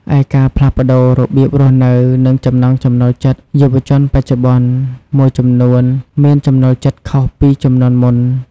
ឯការផ្លាស់ប្ដូររបៀបរស់នៅ និងចំណង់ចំណូលចិត្តយុវជនបច្ចុប្បន្នមួយចំនួនមានចំណូលចិត្តខុសពីជំនាន់មុន ។